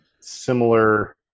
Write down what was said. similar